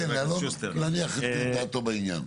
להניח את דעתו בעניין.